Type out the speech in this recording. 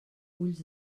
ulls